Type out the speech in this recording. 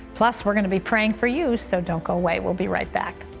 plus, we're going to be praying for you, so don't go away. we'll be right back.